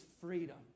freedom